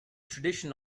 tradition